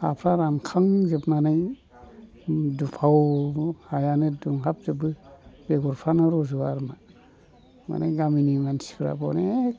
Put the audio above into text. हाफोरा रानखांजोबनानै दुफावजोबो हायानो दुंहाबोजोबो बेगरफ्रानो रज'वा आरोमा माने गामिनि मानसिफ्रा अनेक